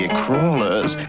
crawlers